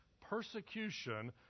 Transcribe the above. persecution